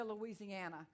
Louisiana